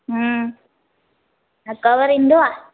हूं त कवर ईंदो आहे